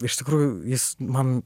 iš tikrųjų jis man